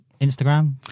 Instagram